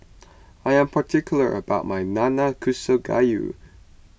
I am particular about my Nanakusa Gayu